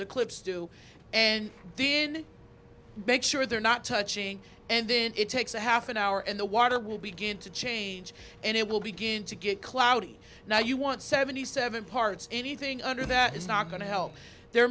the clips do and did make sure they're not touching and then it takes a half an hour and the water will begin to change and it will begin to get cloudy now you want seventy seven parts anything under that is not going to he